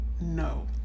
no